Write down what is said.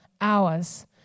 hours